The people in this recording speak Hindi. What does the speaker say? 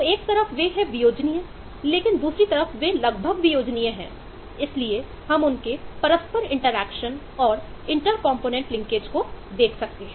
तो एक तरफ वे हैं वियोजनिय लेकिन दूसरी तरफ वे लगभग वियोजनिय हैं इसलिए हम उनके परस्पर इंटरकनेक्शन को देख सकते हैं